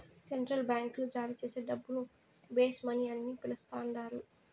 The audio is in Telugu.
సెంట్రల్ బాంకీలు జారీచేసే డబ్బును బేస్ మనీ అని పిలస్తండారు